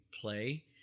play